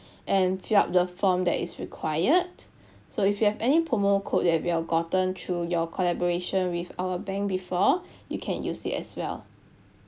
and fill up the form that is required so if you have any promo code that you have gotten through your collaboration with our bank before you can use it as well